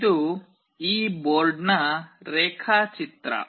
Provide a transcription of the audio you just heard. ಇದು ಈ ಬೋರ್ಡ್ನ ರೇಖಾಚಿತ್ರ